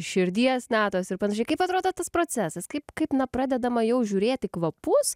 širdies natos ir panašiai kaip atrodo tas procesas kaip kaip na pradedama jau žiūrėt į kvapus